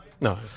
No